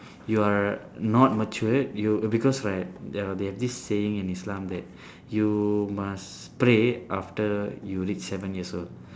you are not matured you because right uh they have this saying in islam that you must pray after you reach seven years old